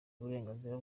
uburenganzira